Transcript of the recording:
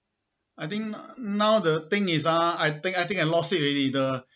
I think now the thing is uh I think I think I lost it already the